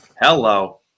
Hello